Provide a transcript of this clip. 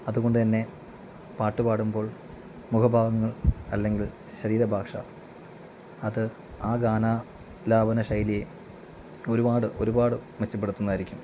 അതുകൊണ്ടുതന്നെ പാട്ടുപാടുമ്പോൾ മുഖഭാവങ്ങൾ അല്ലെങ്കിൽ ശരീരഭാഷ അത് ആ ഗാനാ ലാപന ശൈലിയെ ഒരുപാട് ഒരുപാട് മെച്ചപ്പെടുത്തുന്നതായിരിക്കും